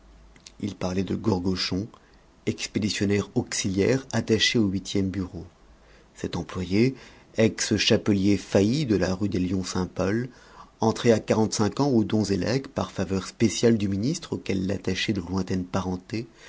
il parlait de gourgochon expéditionnaire auxiliaire attaché au huitième bureau cet employé ex chapelier failli de la rue des lions saint paul entré à quarante-cinq ans aux dons et legs par faveur spéciale du ministre auquel l'attachaient de lointaines parentés